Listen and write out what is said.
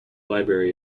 library